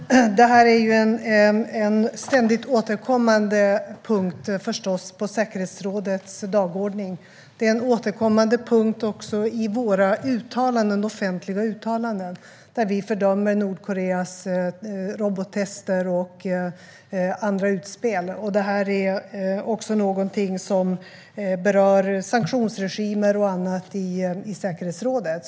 Herr talman! Detta är förstås en ständigt återkommande punkt på säkerhetsrådets dagordning. Det är en återkommande punkt också i våra offentliga uttalanden, där vi fördömer Nordkoreas robottester och andra utspel. Det är också någonting som berör sanktionsregimer och annat i säkerhetsrådet.